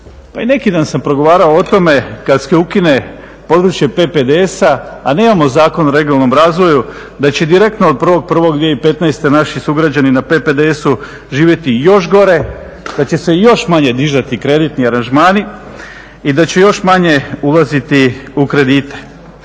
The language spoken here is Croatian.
neki dan sam progovarao o tome kad se ukine područje PPDS-a, a nemamo zakon o regionalnom razvoju da će direktno od 1.1.2015. naši sugrađani na PPDS-u živjeti još gore, da će se još manje dizati kreditni aranžmani i da će još manje ulaziti u kredite.